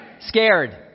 Scared